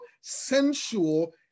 sensual